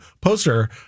poster